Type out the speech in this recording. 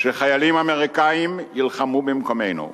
שחיילים אמריקנים יילחמו במקומנו,